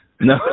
No